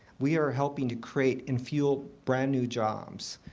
we are helping to create and fuel brand new jobs.